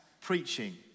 preaching